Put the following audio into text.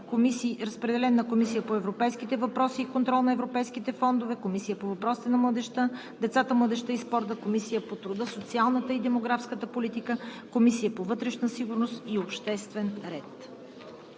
Комисията по вътрешна сигурност и обществен ред.